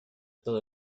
todo